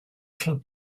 club